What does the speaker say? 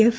F